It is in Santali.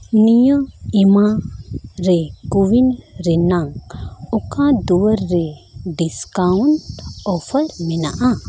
ᱱᱤᱭᱟᱹ ᱮᱢᱟᱨᱮ ᱠᱳᱵᱤᱱ ᱨᱮᱭᱟᱜ ᱚᱠᱟ ᱫᱩᱨᱤᱵᱽ ᱨᱮ ᱰᱤᱥᱠᱟᱣᱩᱱᱴ ᱚᱯᱷᱟᱨ ᱢᱮᱱᱟᱜᱼᱟ